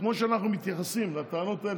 כמו שאנחנו מתייחסים לטענות האלה,